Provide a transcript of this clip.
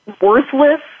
worthless